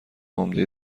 عمده